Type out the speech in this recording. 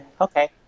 okay